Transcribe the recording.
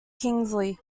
kingsley